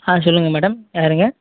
ஆ சொல்லுங்க மேடம் யாருங்க